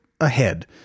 ahead